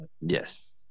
Yes